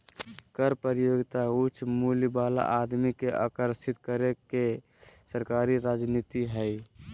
कर प्रतियोगिता उच्च मूल्य वाला आदमी के आकर्षित करे के सरकारी रणनीति हइ